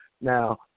Now